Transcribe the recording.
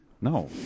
No